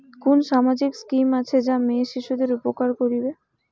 কুন সামাজিক স্কিম আছে যা মেয়ে শিশুদের উপকার করিবে?